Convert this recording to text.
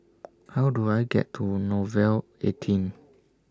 How Do I get to Nouvel eighteen